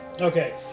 Okay